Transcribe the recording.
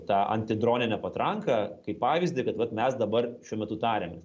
tą antidroninę patranką kaip pavyzdį kad vat mes dabar šiuo metu tariamės